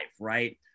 right